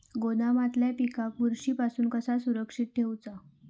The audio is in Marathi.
गोदामातल्या पिकाक बुरशी पासून कसा सुरक्षित ठेऊचा?